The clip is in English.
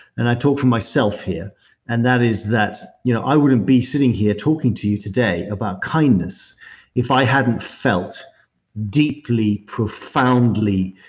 and i talk for myself here and that is that you know i wouldn't be sitting here talking to you today about kindness if i hadn't felt deeply, profoundly,